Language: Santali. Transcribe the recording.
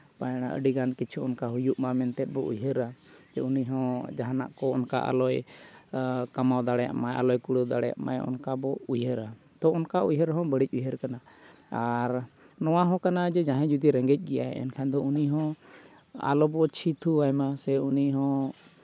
ᱯᱟᱭᱬᱟ ᱟᱹᱰᱤ ᱜᱟᱱ ᱠᱤᱪᱷᱩ ᱚᱱᱠᱟ ᱦᱩᱭᱩᱜᱼᱢᱟ ᱢᱮᱱᱛᱮᱫ ᱵᱚ ᱩᱭᱦᱟᱹᱨᱟ ᱡᱮ ᱩᱱᱤ ᱦᱚᱸ ᱡᱟᱦᱟᱱᱟᱜ ᱠᱚ ᱚᱱᱠᱟ ᱟᱞᱚᱭ ᱠᱟᱢᱟᱣ ᱫᱟᱲᱮᱭᱟ ᱢᱟ ᱟᱞᱚᱭ ᱠᱩᱲᱟᱹᱣ ᱫᱟᱲᱮᱭᱟᱜ ᱢᱟᱭ ᱚᱱᱠᱟ ᱵᱚ ᱩᱭᱦᱟᱹᱨᱟ ᱛᱚ ᱚᱱᱠᱟ ᱩᱭᱦᱟᱹᱨ ᱦᱚᱸ ᱵᱟᱹᱲᱤᱡᱽ ᱩᱭᱦᱟᱹᱨ ᱠᱟᱱᱟ ᱟᱨ ᱱᱚᱣᱟ ᱦᱚᱸ ᱠᱟᱱᱟ ᱡᱮ ᱡᱟᱦᱟᱸᱭ ᱡᱩᱫᱤ ᱨᱮᱸᱜᱮᱡᱽ ᱜᱮᱭᱟᱭ ᱮᱱᱠᱷᱟᱱ ᱫᱚ ᱩᱱᱤ ᱦᱚᱸ ᱟᱞᱚ ᱵᱚ ᱪᱷᱤ ᱛᱷᱩᱣᱟᱭ ᱢᱟ ᱦᱮᱸᱥᱮ ᱩᱱᱤ ᱦᱚᱸ